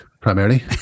primarily